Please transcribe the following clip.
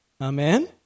Amen